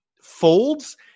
folds